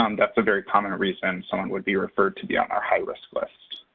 um that's a very common reason someone would be referred to be on our high-risk list.